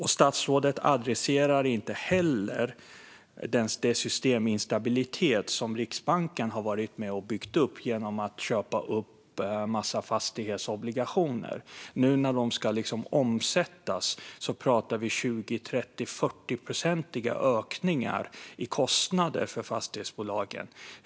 Statsrådet adresserar inte heller den systeminstabilitet som Riksbanken har varit med och byggt upp genom att köpa upp massor av fastighetsobligationer. Nu när de ska omsättas pratar vi 20, 30, 40-procentiga ökningar i kostnader för fastighetsbolagen.